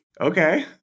Okay